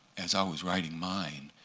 as ah was writing mine.